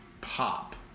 pop